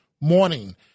morning